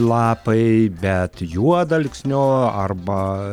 lapai bet juodalksnio arba